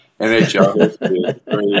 NHL